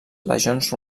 legions